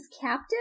captive